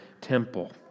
temple